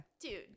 Dude